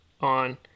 on